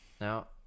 Now